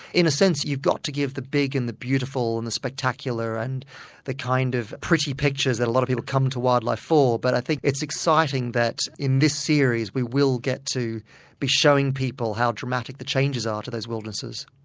in a sense you've got to give the big and the beautiful and the spectacular and the kind of pretty pictures that a lot of people come to wildlife for, but i think it's exciting that in this series we will get to be showing people how dramatic the changes are to those wildernesses.